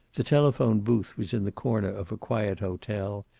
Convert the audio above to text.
the telephone booth was in the corner of a quiet hotel,